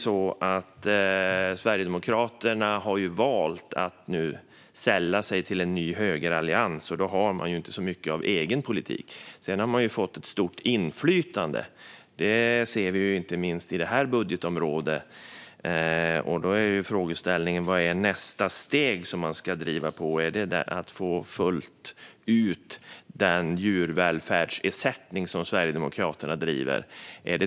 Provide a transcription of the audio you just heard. Sverigedemokraterna har ju valt att nu sälla sig till en ny högerallians, och då har man ju inte så mycket av egen politik. Sedan har man fått ett stort inflytande. Det ser vi inte minst på det här budgetområdet. Då är frågan: Vad är nästa steg som man ska driva på? Är det att få den djurvälfärdsersättning som Sverigedemokraterna driver fullt ut?